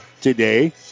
today